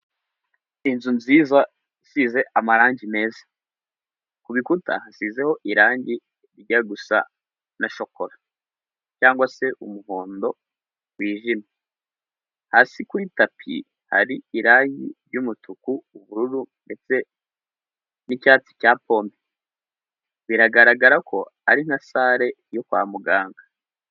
Inzu nziza isize amarangi meza, ku bikuta hasizeho irangi rijya gusa na shokora cyangwa se umuhondo wijimye, hasi kuri tapi hari irangi ry'umutuku, ubururu ndetse n'icyatsi cya pome. Biragaragara ko ari na sale yo kwa muganga.